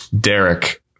Derek